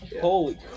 Holy